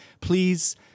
Please